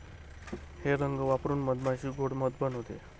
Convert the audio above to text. हे रंग वापरून मधमाशी गोड़ मध बनवते